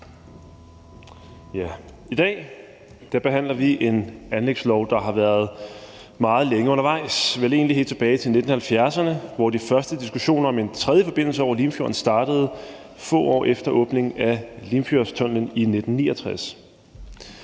I dag behandler vi forslag til en anlægslov, der har været meget længe undervejs, vel egentlig helt tilbage fra 1970'erne, hvor de første diskussioner om en tredje forbindelse over Limfjorden startede få år efter åbningen af Limfjordstunnellen i 1969.